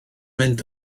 mynd